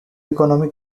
economy